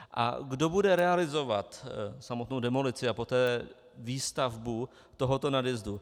A kdo bude realizovat samotnou demolici a poté výstavbu tohoto nadjezdu?